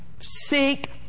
Seek